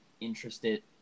interested